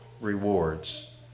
rewards